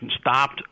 stopped